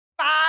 five